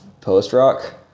post-rock